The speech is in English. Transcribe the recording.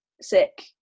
sick